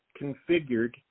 configured